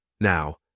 Now